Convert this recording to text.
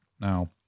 Now